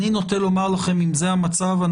שאם זה המצב,